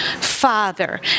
Father